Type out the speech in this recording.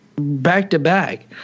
back-to-back